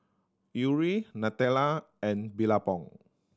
Yuri Nutella and Billabong